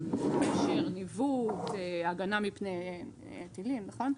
של ניווט, הגנה מפני טילים, נכון?